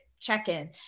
check-in